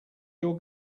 your